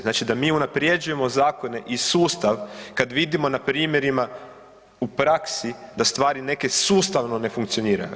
Znači da mi unaprjeđujemo zakone i sustav kad vidimo na primjerima u praksi da stvari neke sustavno ne funkcioniraju.